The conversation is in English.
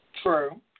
true